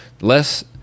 Less